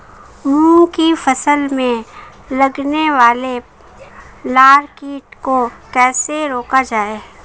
मूंग की फसल में लगने वाले लार कीट को कैसे रोका जाए?